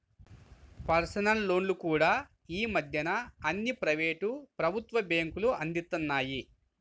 personal లోన్లు కూడా యీ మద్దెన అన్ని ప్రైవేటు, ప్రభుత్వ బ్యేంకులూ అందిత్తన్నాయి